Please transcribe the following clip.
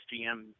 GM